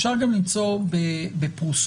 אפשר גם ליצור בפרוסות,